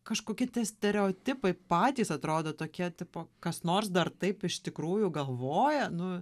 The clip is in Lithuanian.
kažkokie tie stereotipai patys atrodo tokie tipo kas nors dar taip iš tikrųjų galvoja nu